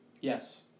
Yes